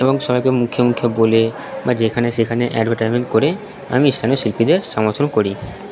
এবং সবাইকে মুখে মুখে বলে বা যেখানে সেখানে অ্যাডভার্টাইমেন্ট করে আমি স্থানীয় শিল্পীদের সমর্থন করি